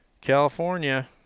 California